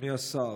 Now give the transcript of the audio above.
אדוני השר,